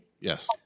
Yes